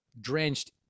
drenched